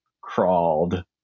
crawled